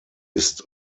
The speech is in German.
ist